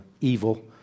evil